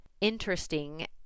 interesting